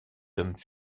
hommes